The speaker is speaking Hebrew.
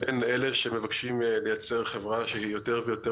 בין אלה שמבקשים לייצר חברה שמבוססת יותר ויותר